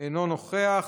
אינו נוכח,